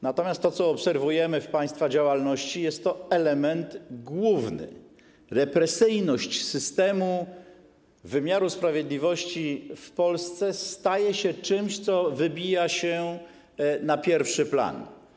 Natomiast to, co obserwujemy w państwa działalności - to jest główny element - to represyjność systemu wymiaru sprawiedliwości w Polsce, która staje się czymś, co wybija się na pierwszy plan.